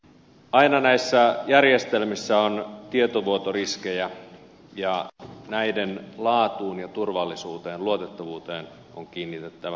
aina näissä järjestelmissä on tietovuotoriskejä ja järjestelmien laatuun turvallisuuteen ja luotettavuuteen on kiinnitettävä huomiota